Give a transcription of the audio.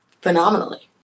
phenomenally